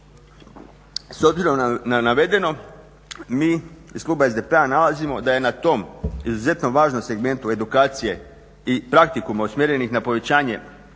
S obzirom na navedeno mi iz kluba SDP-a da je na tom izuzetno važnom segmentu edukacije i praktikuma usmjerenih na povećanje